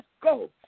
go